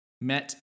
met